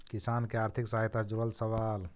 किसान के आर्थिक सहायता से जुड़ल सवाल?